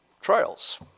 trials